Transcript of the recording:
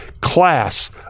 class